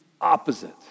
opposite